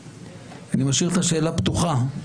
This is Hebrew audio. אני משאיר את השאלה פתוחה.